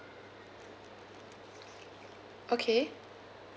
okay